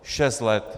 Šest let.